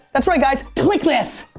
that's right guys, click this.